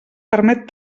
permet